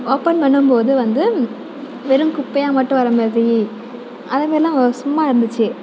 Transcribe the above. open பண்ணும்போது வந்து வெறும் குப்பையாக மட்டும் வர மாதிரி அது மாரிலாம் சும்மா இருந்துச்சு